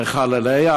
נחללה?